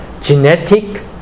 genetic